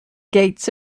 gates